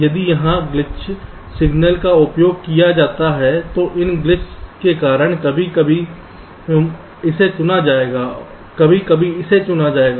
यदि यहाँ glitch signal का उपयोग किया जाता है तो इन ग्लिच के कारण कभी कभी इसे चुना जाएगा कभी कभी इसे चुना जाएगा